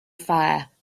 fire